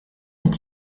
est